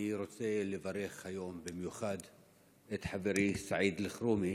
אני רוצה לברך היום במיוחד את חברי סעיד אלחרומי